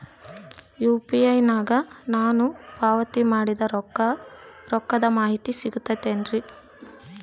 UPI ನಾಗ ನಾನು ಪಾವತಿ ಮಾಡಿದ ರೊಕ್ಕದ ಮಾಹಿತಿ ಸಿಗುತೈತೇನ್ರಿ?